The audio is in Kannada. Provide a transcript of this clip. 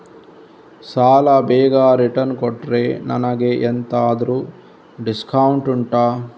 ಸಾಲ ಬೇಗ ರಿಟರ್ನ್ ಕೊಟ್ರೆ ನನಗೆ ಎಂತಾದ್ರೂ ಡಿಸ್ಕೌಂಟ್ ಉಂಟಾ